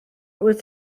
wyt